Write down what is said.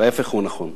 ההיפך הוא הנכון.